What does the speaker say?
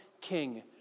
King